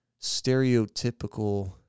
stereotypical